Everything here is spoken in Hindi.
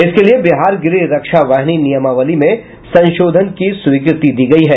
इसके लिए बिहार गृह रक्षा वाहिनी नियमावली में संशोधन की स्वीकृति दी गई है